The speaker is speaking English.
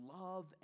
love